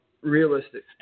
realistic